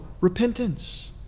repentance